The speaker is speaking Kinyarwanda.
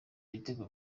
ibitego